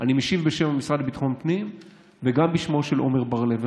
אני משיב בשם המשרד לביטחון פנים וגם בשמו של עמר בר לב,